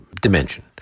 dimension